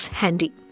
handy